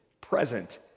present